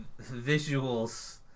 visuals